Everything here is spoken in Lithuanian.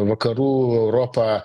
vakarų europa